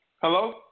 Hello